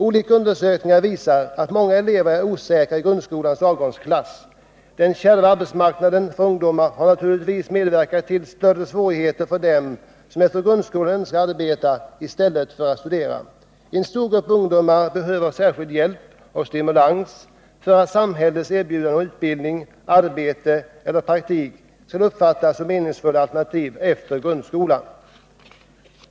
Olika undersökningar visar att många elever är osäkra i grundskolans avgångsklass. Den kärva arbetsmarknaden för ungdomar har naturligtvis medverkat till större svårigheter för dem som efter grundskolan önskar arbeta i stället för att studera. En stor grupp ungdomar behöver särskild hjälp och stimulans för att samhällets erbjudanden om utbildning, arbete eller praktik skall uppfattas som meningsfulla alternativ efter grundskolan.